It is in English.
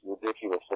ridiculous